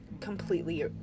completely